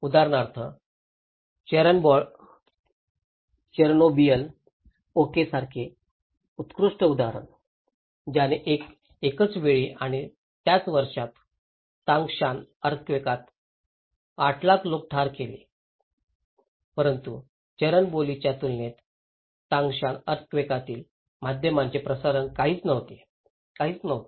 उदाहरणार्थ Chernobyl okay सारखे उत्कृष्ट उदाहरण ज्याने एकाच वेळी आणि त्याच वर्षात तांगशान अर्थक्वेकात 800000 लोक ठार केले परंतु चेरनोबिलच्या तुलनेत तांगशान अर्थक्वेकातील माध्यमांचे प्रसारण काहीच नव्हते काही नव्हते